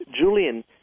Julian